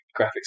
graphics